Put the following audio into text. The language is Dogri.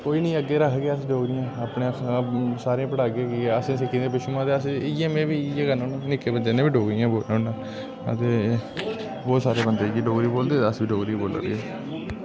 कोई नि अग्गें रक्खगे अस डोगरियां अपना खाब सारें ई पढ़ागे कि असें सिक्खी दियां पिच्छूं दा असें में बी इ'यै करना होन्ना निक्के बन्दे कन्नै बी डोगरी गै बोलना होन्नां ते बोह्त सारे बन्दे डोगरी बोलदे अस बी डोगरी बोलै दे